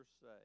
say